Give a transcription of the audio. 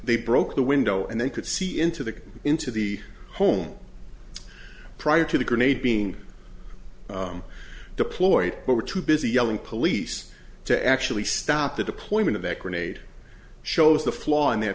they broke the window and they could see into the into the home prior to the grenade being deployed but were too busy yelling police to actually stop the deployment of that grenade shows the flaw in their